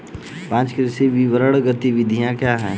पाँच कृषि विपणन गतिविधियाँ क्या हैं?